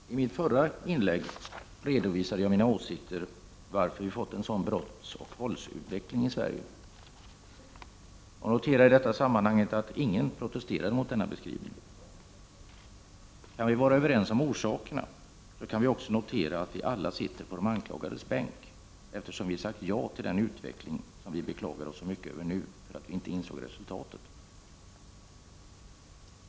Herr talman! I mitt förra inlägg redovisade jag mina åsikter om varför vi fått en sådan brottsoch våldsutveckling i Sverige. Jag noterade i detta sammanhang att ingen protesterade mot denna beskrivning. Kan vi bli överens om orsakerna, så kan vi också notera att vi alla sitter på de anklagades bänk, eftersom vi sagt ja till den utveckling som vi beklagar oss så mycket över nu därför att vi inte förutsåg resultatet.